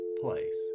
place